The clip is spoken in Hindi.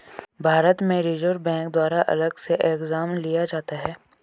भारत में रिज़र्व बैंक द्वारा अलग से एग्जाम लिया जाता है